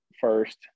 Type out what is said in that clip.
first